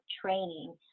training